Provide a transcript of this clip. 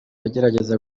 agerageza